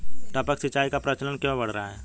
टपक सिंचाई का प्रचलन क्यों बढ़ रहा है?